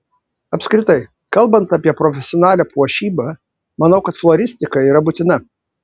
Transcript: apskritai kalbant apie profesionalią puošybą manau kad floristika yra būtina